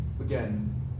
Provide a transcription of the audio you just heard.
Again